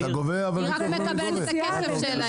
היא רק מקבלת את הכסף שלהם.